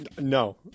No